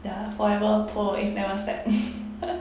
ya forever poor if never set